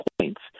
points